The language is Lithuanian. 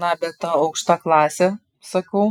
na bet ta aukšta klasė sakau